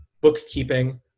bookkeeping